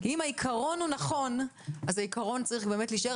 אם העיקרון נכון אז הוא צריך להישאר.